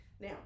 Now